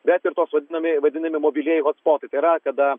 bet ir tos vadinamieji vadinami mobilieji hotspotai tai yra kada